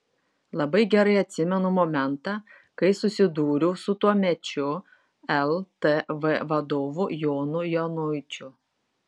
labai gerai atsimenu momentą kai susidūriau su tuomečiu ltv vadovu jonu januičiu